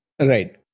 Right